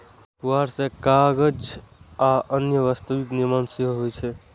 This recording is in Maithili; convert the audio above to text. पुआर सं कागज आ अन्य वस्तुक निर्माण सेहो होइ छै